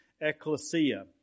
ecclesia